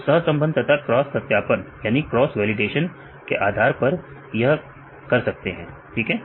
तो सहसंबंध तथा क्रॉस सत्यापन के आधार पर यह कर सकते हैं ठीक है